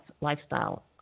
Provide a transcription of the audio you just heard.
lifestyle